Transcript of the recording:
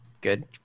good